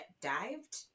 dived